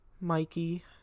Mikey